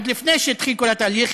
עוד לפני שהתחיל כל התהליך,